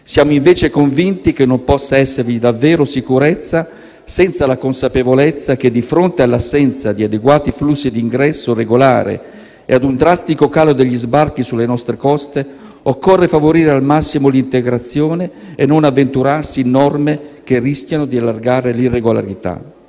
Siamo invece convinti che non possa esservi davvero sicurezza senza la consapevolezza che, di fronte all'assenza di adeguati flussi di ingresso regolare e a un drastico calo degli sbarchi sulle nostre coste, occorre favorire al massimo l'integrazione e non avventurarsi in norme che rischiano di allargare l'irregolarità.